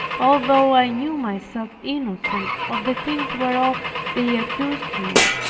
although i knew myself innocent of the things whereof they accused me.